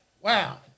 Wow